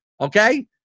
Okay